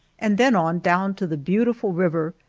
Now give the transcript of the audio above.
and then on down to the beautiful river,